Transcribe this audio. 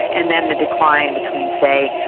and then the decline between, say,